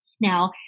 Now